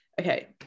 okay